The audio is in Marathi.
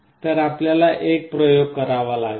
तर आपल्याला एक प्रयोग करावा लागेल